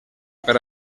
per